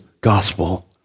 gospel